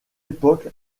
époque